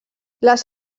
les